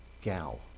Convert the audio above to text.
gal